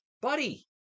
buddy